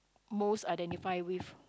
most identify with